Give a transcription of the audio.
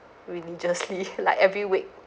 religiously like every week